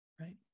Right